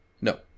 No